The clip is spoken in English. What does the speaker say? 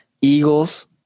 Eagles